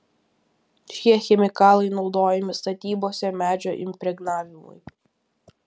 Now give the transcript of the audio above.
šie chemikalai naudojami statybose medžio impregnavimui